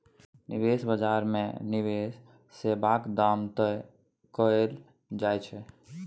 निबेश बजार मे निबेश सेबाक दाम तय कएल जाइ छै